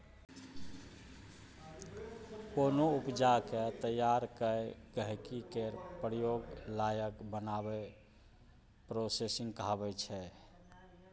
कोनो उपजा केँ तैयार कए गहिंकी केर प्रयोग लाएक बनाएब प्रोसेसिंग कहाबै छै